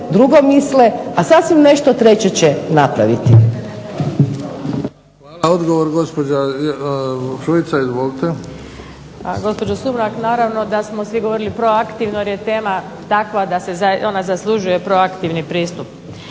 drugo misle, a sasvim nešto treće će napraviti.